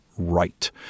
Right